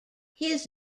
his